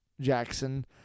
Jackson